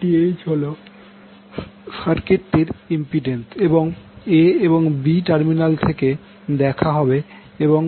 ZTℎ হলো সার্কিটটির ইম্পিড্যান্স যখন a এবং b টার্মিনাল থেকে দেখা হবে এবং